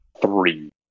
three